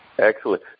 Excellent